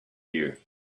you